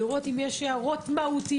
לראות אם יש הערות מהותיות,